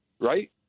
right